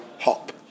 Hop